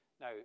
Now